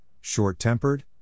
short-tempered